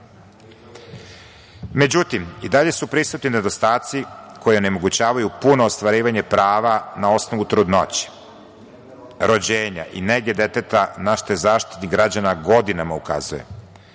prate.Međutim, i dalje su prisutni nedostaci koji onemogućavaju puno ostvarivanje prava na osnovu trudnoće, rođenja i nege deteta, na šta Zaštitnik građana godinama ukazuje.